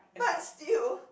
but still